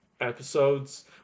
episodes